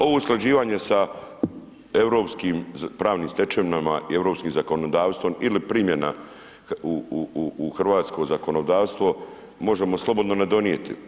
Ovo usklađivanje sa europskim pravnim stečevinama i europskim zakonodavstvom ili primjena u hrvatsko zakonodavstvo možemo slobodno ne donijeti.